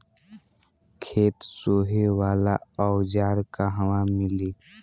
खेत सोहे वाला औज़ार कहवा मिली?